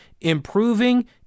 improving